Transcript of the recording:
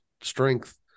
strength